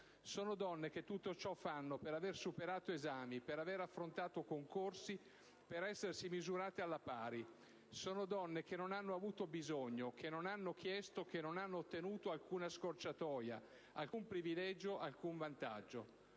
Sono donne che tutto ciò fanno, per aver superato esami, per aver affrontato concorsi, per essersi misurate alla pari. Sono donne che non hanno avuto bisogno, che non hanno chiesto, che non hanno ottenuto alcuna scorciatoia, alcun privilegio, alcun vantaggio.